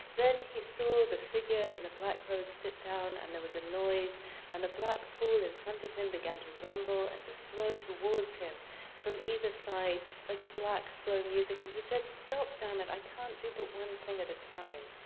then he saw the figure in the black robe sit down and there was a noise and the black pool in front of him began to rumble and to flow towards him from either side, like the black slow music. and he said, stop, damn it. i can't do but one thing at a time.